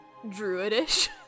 druidish